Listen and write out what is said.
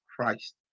Christ